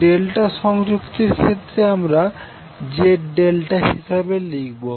delta সংযুক্তির ক্ষেত্রে আমরাZ∆ হিসেবে লিখবো